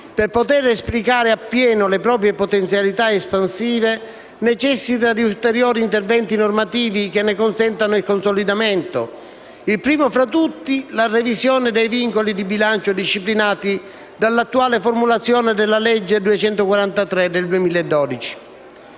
per poter esplicare appieno le proprie potenzialità espansive, necessita di ulteriori interventi normativi che ne consentano il consolidamento, primo fra tutti la revisione dei vincoli di bilancio disciplinati dall'attuale formulazione della legge n. 243 del 2012.